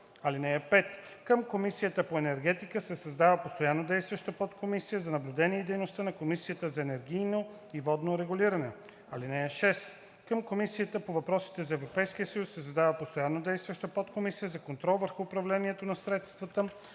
(5) Към Комисията по енергетика се създава постоянно действаща подкомисия за наблюдение на дейността на Комисията за енергийно и водно регулиране. (6) Към Комисията по въпросите на Европейския съюз се създава постоянно действаща подкомисия за контрол върху управлението на средствата